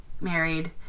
married